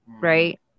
right